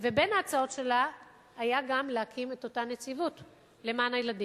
ובין ההצעות שלה היה גם להקים את אותה נציבות למען הילדים.